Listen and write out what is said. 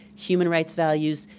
human rights values,